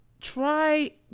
try